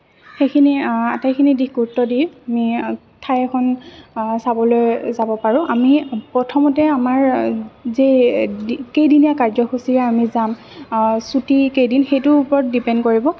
এইখিনি আটাইখিনি দিশ গুৰুত্ব দি আমি ঠাই এখন চাবলৈ যাব পাৰোঁ আমি প্ৰথমতে আমাৰ যি কেইদিনীয়া কাৰ্যসূচীৰে আমি যাম ছুটী কেইদিন সেইটোৰ ওপৰত ডিপেণ্ড কৰিব